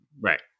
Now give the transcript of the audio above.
Right